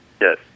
yes